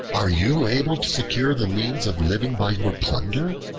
are you able to secure the means of living by your plunder?